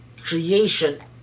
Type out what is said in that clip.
creation